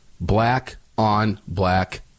black-on-black